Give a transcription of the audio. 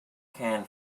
can